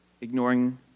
ignoring